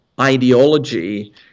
ideology